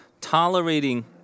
tolerating